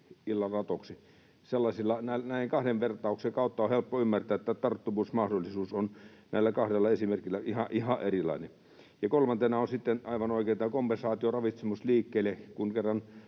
illan ratoksi. Näiden kahden vertauksen kautta tämä on helppo ymmärtää, tarttuvuusmahdollisuus on näissä kahdessa esimerkissä ihan erilainen. Ja kolmantena on sitten aivan oikein tämä kompensaatio ravitsemusliikkeille. Kun kerran